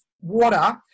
water